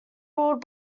ruled